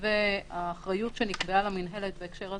והאחריות שנקבעה למינהלת בהקשר הזה,